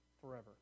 forever